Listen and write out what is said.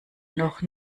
noch